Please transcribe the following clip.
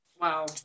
wow